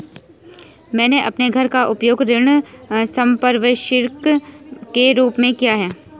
मैंने अपने घर का उपयोग ऋण संपार्श्विक के रूप में किया है